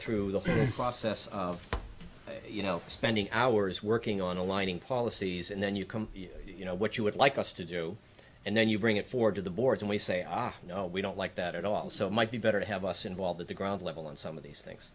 through the period process of you know spending hours working on aligning policies and then you come you know what you would like us to do and then you bring it forward to the board and we say no we don't like that at all so it might be better to have us involved at the ground level and some of these things